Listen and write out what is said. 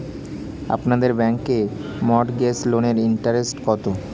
আপনাদের ব্যাংকে মর্টগেজ লোনের ইন্টারেস্ট কত?